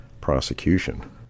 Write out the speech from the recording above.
prosecution